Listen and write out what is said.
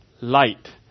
light